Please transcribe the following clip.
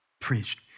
preached